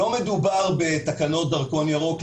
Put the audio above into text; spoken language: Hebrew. לא מדובר בתקנות דרכון ירוק,